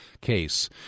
case